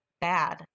bad